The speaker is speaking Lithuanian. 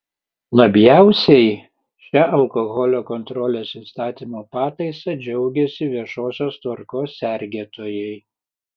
labiausiai šia alkoholio kontrolės įstatymo pataisa džiaugiasi viešosios tvarkos sergėtojai